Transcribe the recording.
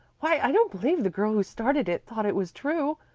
why i don't believe the girl who started it thought it was true.